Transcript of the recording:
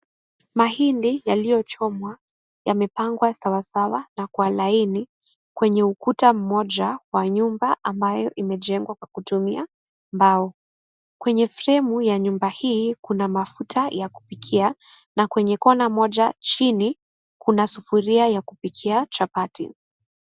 Mahindi yaliyochomwa yamepangwa sawasawa na kwa laini kwenye ukuta mmoja wa nyumba ambayo imejengwa kwa kutumia mbao kwenye framu ya nyumba hii kuna mafuta ya kupikia na kwenye kona moja chini kuna sufuria ya kupikia chapati.